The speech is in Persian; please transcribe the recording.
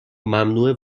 ممنوعه